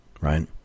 Right